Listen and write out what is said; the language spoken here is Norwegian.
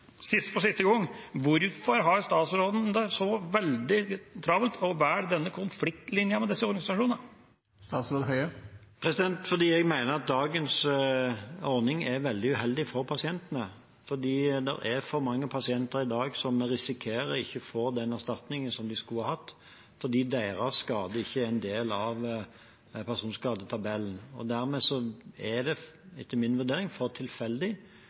For siste gang: Hvorfor har statsråden det så veldig travelt og velger denne konfliktlinjen med disse organisasjonene? Fordi jeg mener at dagens ordning er veldig uheldig for pasientene. Det er for mange pasienter i dag som risikerer ikke å få den erstatningen de skulle hatt, fordi deres skade ikke er en del av personskadetabellen. Dermed er de vurderingene som gjøres, etter min vurdering